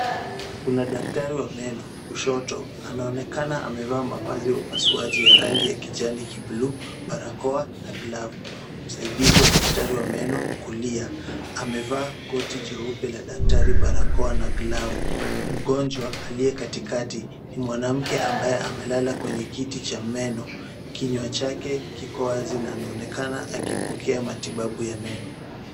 Kuna daktari wa meno kushoto, anaonekana amevaa mavazi ya upasuaji ya rangi ya kijani kibuluu, barakoa na glavu. Msaidizi wa daktari wa meno kulia amevaa koti jeupe la daktari, barakoa na glavu. Mgonjwa aliye katikati, ni mwanamke ambaye amelala kwenye kiti cha meno, kinywa chake kiko wazi na anaonekana akipokea matibabu ya meno.